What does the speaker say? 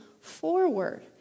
forward